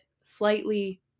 slightly